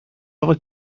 our